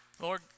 Lord